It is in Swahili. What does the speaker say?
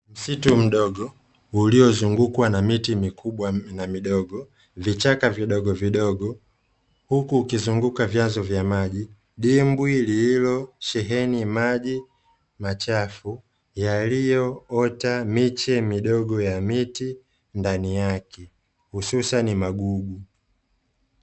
Msitu mdogo uliozungukwa na miti mikubwa na midogo, vichaka vidogovidogo; huku ukizunguka vyanzo vya maji. Dimbwi lililosheheni maji machafu yaliyoota miche midogo ya miti ndani yake, hususani magugu.